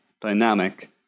dynamic